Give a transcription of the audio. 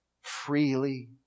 freely